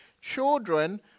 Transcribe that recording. children